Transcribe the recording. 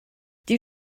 die